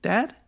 Dad